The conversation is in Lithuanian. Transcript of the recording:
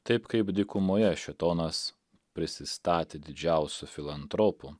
taip kaip dykumoje šėtonas prisistatė didžiausiu filantropu